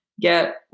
Get